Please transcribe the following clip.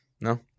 No